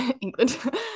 England